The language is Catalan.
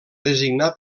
designar